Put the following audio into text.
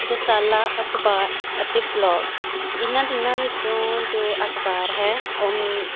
ਰਸਾਲਾ ਅਖ਼ਬਾਰ ਅਤੇ ਬਲੌਗ ਇਹਨਾਂ ਤਿੰਨਾਂ ਵਿੱਚੋਂ ਜੋ ਅਖ਼ਬਾਰ ਹੈ ਉ